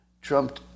Trump